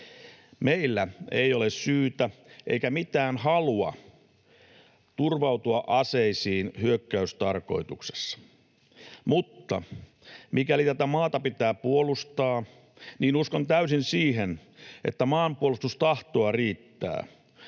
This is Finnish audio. Meillä ei ole syytä eikä mitään halua turvautua aseisiin hyökkäystarkoituksessa. Mutta mikäli tätä maata pitää puolustaa, niin uskon täysin siihen, että maanpuolustustahtoa riittää.